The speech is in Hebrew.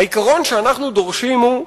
העיקרון שאנחנו דורשים הוא,